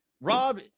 Rob